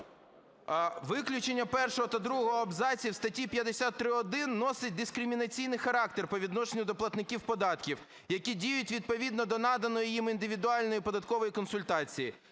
Виключення 1 та 2 абзаців статті 53.1 носить дискримінаційний характер по відношенню до платників податків, які діють відповідно до наданої їм індивідуальної податкової консультації.